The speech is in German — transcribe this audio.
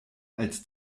als